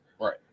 right